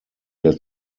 der